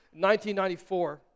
1994